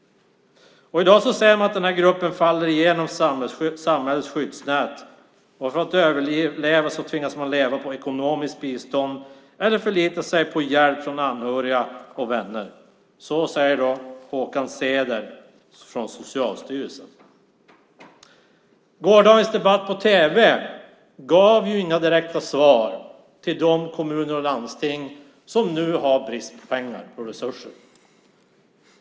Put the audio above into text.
I dag faller den gruppen igenom samhällets skyddsnät, och för att överleva tvingas de att leva på ekonomiskt bistånd eller att förlita sig på hjälp från anhöriga och vänner. Så säger Håkan Ceder från Socialstyrelsen. Gårdagens debatt på tv gav inga direkta svar till de kommuner och landsting som nu har brist på pengar och resurser.